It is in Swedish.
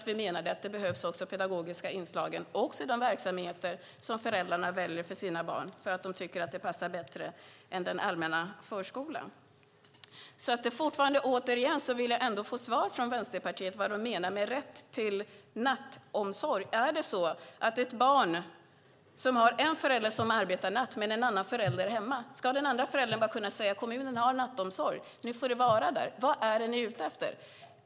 Vi menar att det behövs pedagogiska inslag också i de verksamheter som föräldrarna väljer för sina barn för att de tycker att det passar bättre än den allmänna förskolan. Jag vill ändå få svar från Vänsterpartiet om vad de menar med rätt till nattomsorg. Är det så att om ett barn har en förälder som arbetar natt men har en annan förälder hemma ska den andra föräldern bara kunna säga: Kommunen har nattomsorg, nu får du vara där? Vad är ni ute efter?